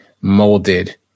molded